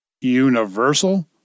Universal